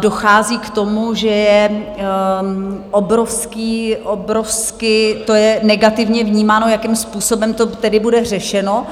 Dochází k tomu, že je to obrovsky negativně vnímáno, jakým způsobem to tedy bude řešeno